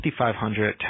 5,500